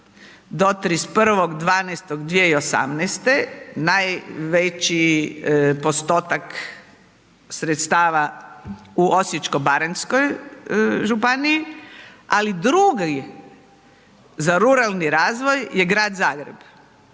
do 31.12.2018. najveći postotak sredstava u Osječko-baranjskoj županiji, ali drugi za ruralni razvoj je Grad Zagreb.